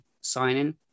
signing